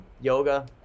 Yoga